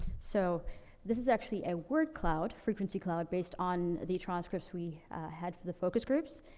so this is actually a word cloud, frequency cloud, based on the transcripts we had for the focus groups.